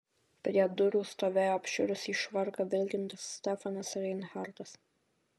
prie durų stovėjo apšiurusį švarką vilkintis stefanas reinhartas